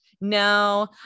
No